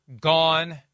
gone